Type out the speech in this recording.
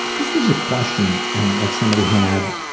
this was a question that somebody had.